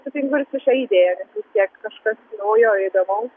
sutinku ir su šia idėja vis tiek kažkas naujo įdomaus